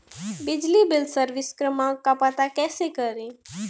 बिजली bill service क्रमांक का पता कैसे करें?